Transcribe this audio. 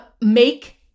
Make